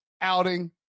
outing